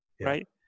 Right